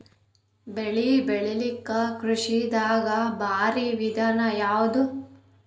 ಬೆಳೆ ಬೆಳಿಲಾಕ ಕೃಷಿ ದಾಗ ಭಾರಿ ವಿಧಾನ ಯಾವುದು?